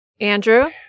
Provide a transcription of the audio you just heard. Andrew